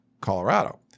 Colorado